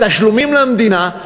התשלומים למדינה,